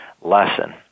lesson